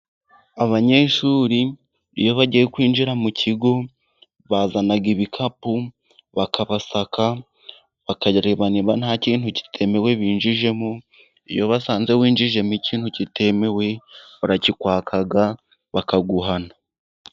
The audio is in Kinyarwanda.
Abanyeshuri iyo bagiye kwinjira mu kigo, bazana ibikapu, bakabasaka, bakareba niba nta kintu kitemewe binjijemo, iyo basanze winjijemo ikintu kitemewe, barakikwaka, bakaguhana.